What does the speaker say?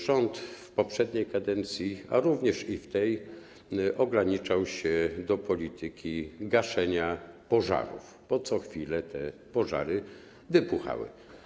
Rząd w poprzedniej kadencji, a również i w tej ograniczał się do polityki gaszenia pożarów, bo co chwilę te pożary wybuchały.